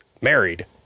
married